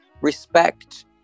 respect